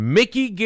Mickey